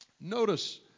Notice